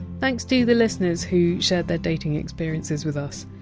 thanks to the listeners who shared their dating experiences with us.